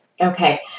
Okay